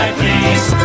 please